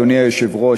אדוני היושב-ראש,